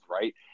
right